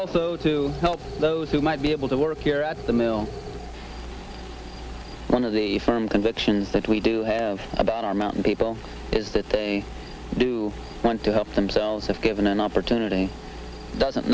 also to help those who might be able to work here at the mill one of the firm conviction that we do have about our mountain people is that they do want to help themselves if given an opportunity doesn't